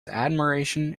admiration